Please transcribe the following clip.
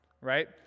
right